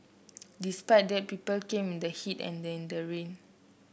despite that people came in the heat and in the rain